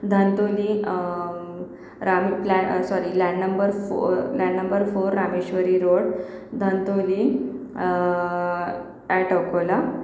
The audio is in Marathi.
Dhantoli Ramu flat sorry land number four land number four Rameshwari road Dhantoli at Akola